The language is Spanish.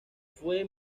fue